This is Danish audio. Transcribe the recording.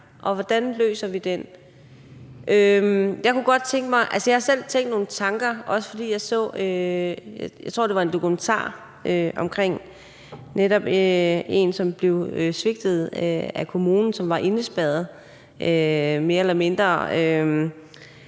og hvordan løser vi den? Jeg har selv tænkt nogle tanker, også fordi jeg så, jeg tror, det var en dokumentar netop om en, som blev svigtet af kommunen og var mere eller mindre